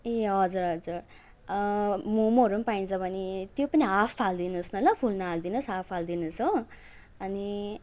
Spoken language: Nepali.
ए हजुर हजुर मोमोहरू पाइन्छ भने त्यो पनि हाफ हालिदिनुहोस् न ल फुल नहालिदिनुहोस् हाफ हालिदिनुहोस् हो अनि